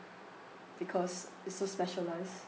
because it's so specialised